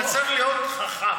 אתה צריך להיות חכם.